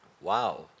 Wow